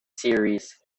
series